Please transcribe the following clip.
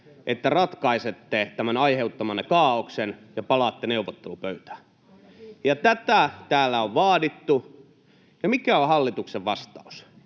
että ratkaisette tämän aiheuttamanne kaaoksen ja palaatte neuvottelupöytään. Tätä täällä on vaadittu, ja mikä on hallituksen vastaus?